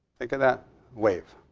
think on that wave.